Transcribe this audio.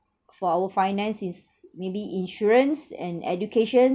for our finance is maybe insurance and educations